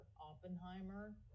Oppenheimer